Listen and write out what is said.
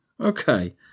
Okay